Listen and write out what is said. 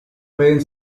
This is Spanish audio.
pueden